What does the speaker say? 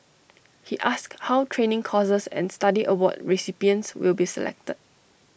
he asked how training courses and study award recipients will be selected